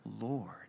Lord